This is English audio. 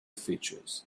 features